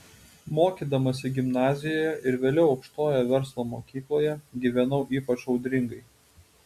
mokydamasi gimnazijoje ir vėliau aukštojoje verslo mokykloje gyvenau ypač audringai